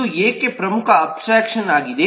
ಇದು ಏಕೆ ಪ್ರಮುಖ ಅಬ್ಸ್ಟ್ರಾಕ್ಷನ್ ಆಗಿದೆ